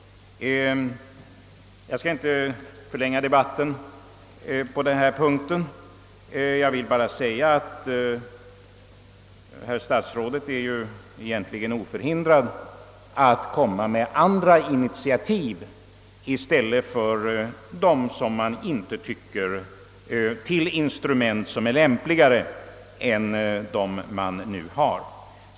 Jag skall inte förlänga debatten på denna punkt. Jag vill bara säga att statsrådet egentligen är oförhindrad att ta initiativ till instrument som är lämpligare än dem man nu har.